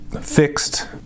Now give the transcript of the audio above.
fixed